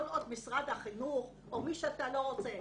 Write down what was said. כל עוד משרד החינוך או מי שאתה לא רוצה,